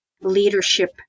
leadership